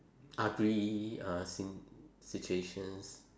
ugly uh same situations